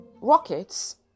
rockets